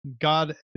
God